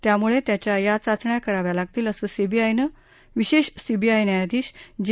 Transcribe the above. त्यामुळे त्याच्या या चाचण्या कराव्या लागतील असं सीबीआयन विशेष सीबीआय न्यायाधीश जे